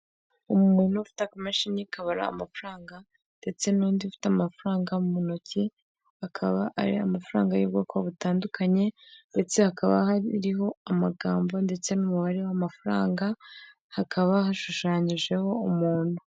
Umuntu ufite akamashini kabara amafaranga ndetse n'undi ufite amafaranga mu ntoki akaba ari amafaranga y'ubwoko butandukanye ndetse hakaba hariho amagambo ndetse n'umubare w'amafaranga, hakaba hashushanyijeho umuntu.